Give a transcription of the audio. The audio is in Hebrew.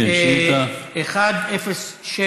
כן, שאילתה, 1066: